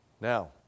Now